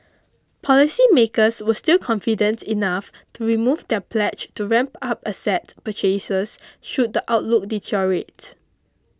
policy makers were still confident enough to remove their pledge to ramp up asset purchases should the outlook deteriorate